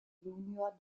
junior